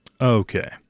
Okay